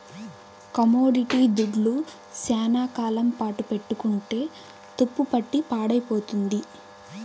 commodity దుడ్లు శ్యానా కాలం పాటు పెట్టుకుంటే తుప్పుపట్టి పాడైపోతుంది